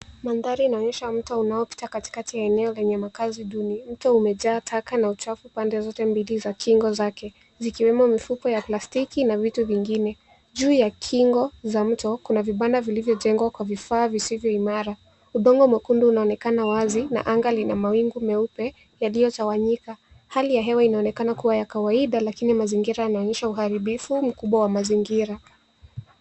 Mandhari inaonyesha mto unaopita katikati ya eneo lenye makazi duni. Mto umejaa taka na uchafu pande zote mbili za kingo zake; zikiwemo mifuko ya plastiki na vitu vingine. Juu ya kingo za mto kuna vibanda vilivyojengwa kwa vifaa visivyo imara. Udongo mwekundu unaonekana wazi na anga lina mawingu meupe yaliyotawanyika. Hali ya hewa inaonekana kuwa ya kawaida lakini mazingira yanaonyesha uharibifu mkubwa wa mazingira.